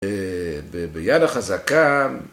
ביד החזקה